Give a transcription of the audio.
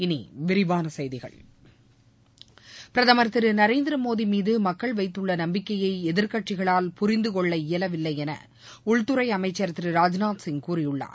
இனி விரிவான செய்திகள் பிரதமர் திரு நரேந்திர மோடி மீது மக்கள் வைத்துள்ள நம்பிக்கையை எதிர்கட்சிகளால் புரிந்துகொள்ள இயலவில்லை என உள்துறை அமைச்சுர் திரு ராஜ்நாத் சிங் கூறியுள்ளார்